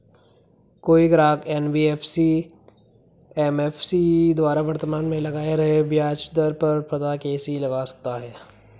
कोई ग्राहक NBFC MFI द्वारा वर्तमान में लगाए जा रहे ब्याज दर का पता कैसे लगा सकता है?